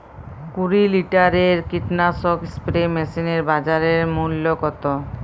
কুরি লিটারের কীটনাশক স্প্রে মেশিনের বাজার মূল্য কতো?